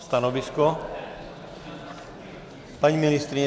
Stanovisko paní ministryně?